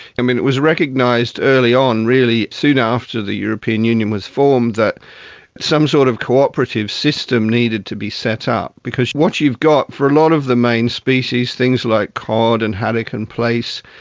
i mean, it was recognised early on really soon after the european union was formed that some sort of cooperative system needed to be set up, because what you've got, for a lot of the main species, things like cod and haddock and plaice,